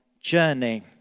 journey